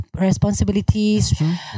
responsibilities